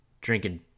drinking